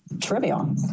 trivial